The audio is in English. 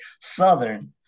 Southern